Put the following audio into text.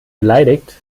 beleidigt